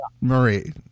Marie